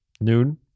noon